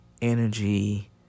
energy